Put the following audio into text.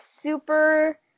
super